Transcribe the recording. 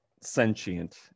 Sentient